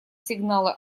сигналы